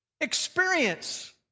experience